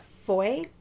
foy